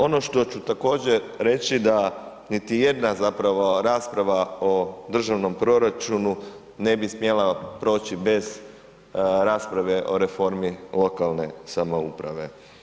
Ono što ću također reći da niti jedna zapravo rasprava o državnom proračunu ne bi smjela proći bez rasprave o reformi lokalne samouprave.